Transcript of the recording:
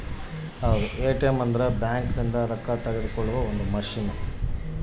ATM ಅಂದ್ರ bank ಇಂದ ರೊಕ್ಕ ತೆಕ್ಕೊಳೊ ಒಂದ್ ಮಸಿನ್